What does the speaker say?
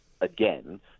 again